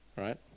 right